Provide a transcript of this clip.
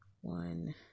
one